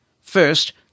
First